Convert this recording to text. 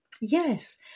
Yes